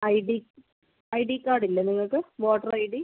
ID ID card ഇല്ലേ നിങ്ങൾക്ക് voter ID